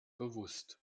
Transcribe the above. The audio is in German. bewusst